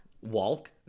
Walk